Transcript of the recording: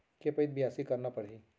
के पइत बियासी करना परहि?